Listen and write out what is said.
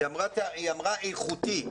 היא אמרה איכותי.